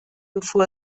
bevor